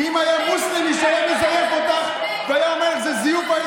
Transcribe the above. כי אם היה מוסלמי שהיה מזייף אותך והיה אומר שזה זיוף,